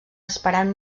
esperant